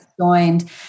joined